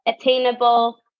attainable